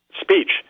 speech